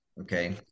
Okay